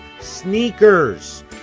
sneakers